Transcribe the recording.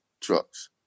trucks